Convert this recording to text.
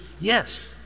Yes